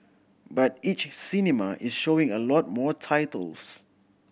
but each cinema is showing a lot more titles